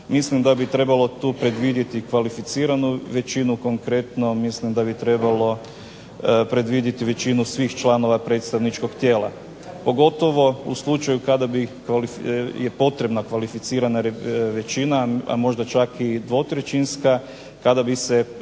mislim da bi tu trebalo predvidjeti kvalificiranu većinu konkretno, mislim da bi trebalo predvidjeti većinu svih članova predstavničkog tijela. Pogotovo u slučaju kada je potrebna kvalificirana većina možda čak i dvotrećinska tada bi se